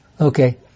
Okay